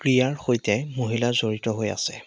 ক্ৰীড়াৰ সৈতে মহিলা জড়িত হৈ আছে